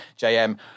JM